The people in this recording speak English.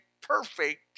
perfect